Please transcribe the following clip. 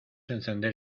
encender